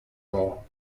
more